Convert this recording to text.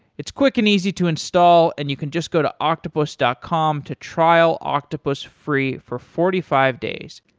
it's quick and easy to install and you can just go to octopus dot com to trial octopus free for forty five days.